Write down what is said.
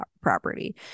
property